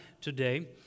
today